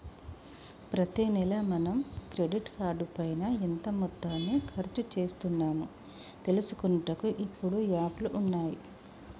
ప్రతి నెల మనం క్రెడిట్ కార్డు పైన ఎంత మొత్తాన్ని ఖర్చు చేస్తున్నాము తెలుసుకొనుటకు ఇప్పుడు యాప్లు ఉన్నాయి